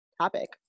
topic